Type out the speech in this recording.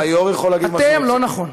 היו"ר יכול להגיד מה שהוא רוצה, לא נכון.